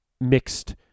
mixed